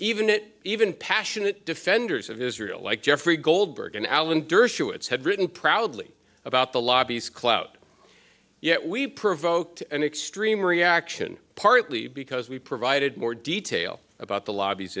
even it even passionate defenders of israel like jeffrey goldberg and alan dershowitz had written proudly about the lobbies clout yet we provoked an extreme reaction partly because we provided more detail about the lobbies